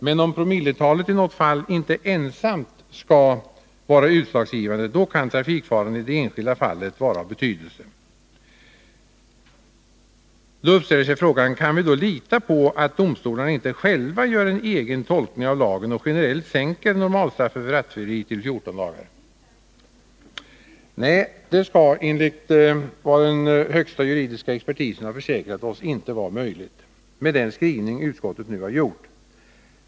Men om promilletalet i något fall inte ensamt skall vara utslagsgivande, då kan trafikfaran i det enskilda fallet vara av betydelse. Då uppställer sig frågan: Kan vi i så fall lita på att domstolarna inte själva gör en egen tolkning av lagen och generellt sänker normalstraffet för rattfylleri till 14 dagar? Ja, det kan vi; det skall enligt vad den högsta juridiska expertisen har försäkrat oss inte vara möjligt med sådan tolkning med den skrivning som utskottet nu har gjort.